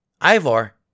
Ivor